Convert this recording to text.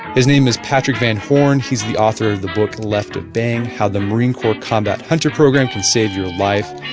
his name is patrick van horne, he is the author of the book left of bang how the marine corps' combat hunter program can save your life.